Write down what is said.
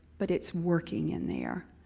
but it's working in there.